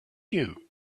you